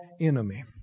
enemy